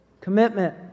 Commitment